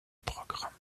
programmes